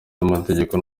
amategeko